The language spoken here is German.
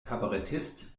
kabarettist